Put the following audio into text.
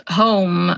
home